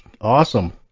Awesome